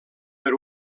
per